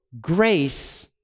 grace